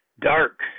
Dark